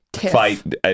fight